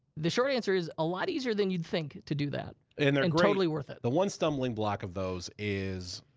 the short answer is, a lot easier than you'd think to do that. and they're great. and totally worth it. the one stumbling block of those is,